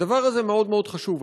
הדבר הזה מאוד מאוד חשוב.